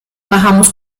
bajamos